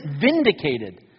vindicated